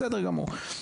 בסדר גמור.